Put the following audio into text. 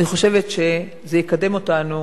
אני חושבת שזה יקדם אותנו